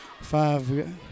five